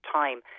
time